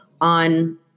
on